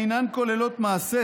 אשר אינן כוללות מעשה,